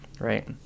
Right